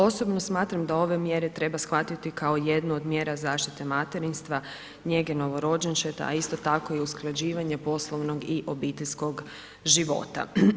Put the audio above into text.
Osobno smatram da ove mjere treba shvatiti kao jednu od mjera zaštite materinstva, njege novorođenčeta, a isto tako i usklađivanje poslovnog i obiteljskog života.